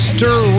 Stir